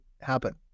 happen